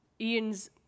Ian's